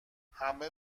همه